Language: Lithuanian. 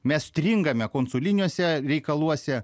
mes stringame konsuliniuose reikaluose